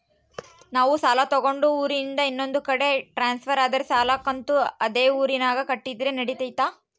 ನಾವು ಸಾಲ ತಗೊಂಡು ಊರಿಂದ ಇನ್ನೊಂದು ಕಡೆ ಟ್ರಾನ್ಸ್ಫರ್ ಆದರೆ ಸಾಲ ಕಂತು ಅದೇ ಊರಿನಾಗ ಕಟ್ಟಿದ್ರ ನಡಿತೈತಿ?